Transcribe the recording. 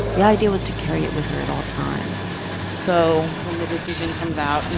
the idea was to carry it with her at all times so when the decision comes out, you